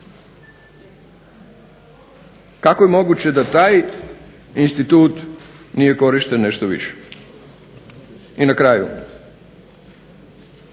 kako je moguće da taj institut nije korišten nešto više. I na kraju,